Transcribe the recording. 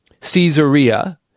Caesarea